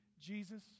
Jesus